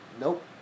Nope